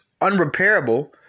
unrepairable